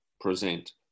present